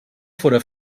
fóra